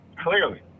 clearly